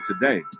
today